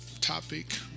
Topic